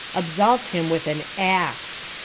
absolu'd him with an axe